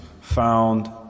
found